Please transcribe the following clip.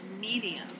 medium